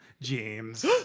James